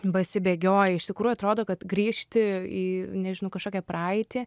basi bėgioja iš tikrųjų atrodo kad grįžti į nežinau kažkokią praeitį